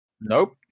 nope